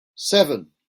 seven